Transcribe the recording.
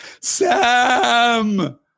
Sam